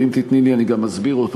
ואם תיתני לי אני גם אסביר אותו,